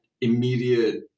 immediate